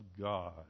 God